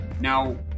Now